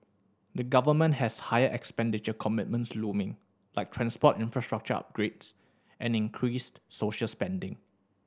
the government has higher expenditure commitments looming like transport infrastructure upgrades and increased social spending